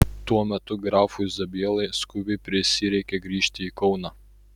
tuo metu grafui zabielai skubiai prisireikė grįžti į kauną